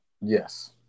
Yes